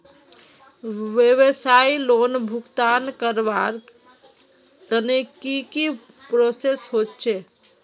व्यवसाय लोन भुगतान करवार तने की की प्रोसेस होचे?